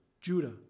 Judah